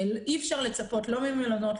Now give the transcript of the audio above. אי אפשר לצפות לא ממלונות,